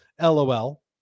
LOL